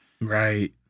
right